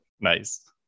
Nice